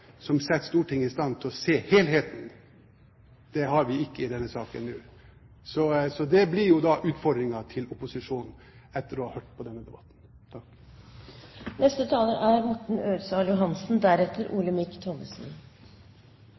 som setter Stortinget i stand til å se helheten. Det har vi ikke i denne saken nå. Så det blir jo da utfordringen til opposisjonen, etter å ha hørt på denne debatten.